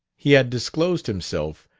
he had disclosed himself,